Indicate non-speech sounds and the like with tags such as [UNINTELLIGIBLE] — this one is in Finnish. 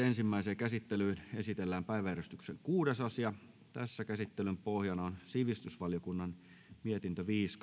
[UNINTELLIGIBLE] ensimmäiseen käsittelyyn esitellään päiväjärjestyksen kuudes asia käsittelyn pohjana on sivistysvaliokunnan mietintö viisi [UNINTELLIGIBLE]